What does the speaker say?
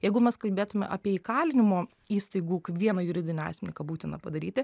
jeigu mes kalbėtume apie įkalinimo įstaigų kaip vieną juridinį asmenį ką būtina padaryti